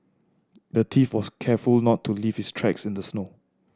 the thief was careful to not leave his tracks in the snow